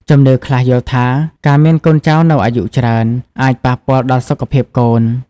ជំនឿខ្លះយល់ថា ការមានកូននៅអាយុច្រើនអាចប៉ះពាល់ដល់សុខភាពកូន។